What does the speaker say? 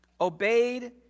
obeyed